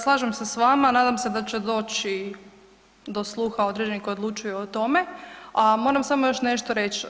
Slažem se s vama, nadam se da će doći do sluha određenih koji odlučuju o tome a moram samo još nešto reć.